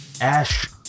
ash